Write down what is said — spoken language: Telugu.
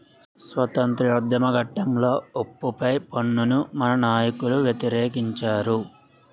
స్వాతంత్రోద్యమ ఘట్టంలో ఉప్పు పై పన్నును మన నాయకులు వ్యతిరేకించారు